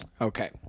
Okay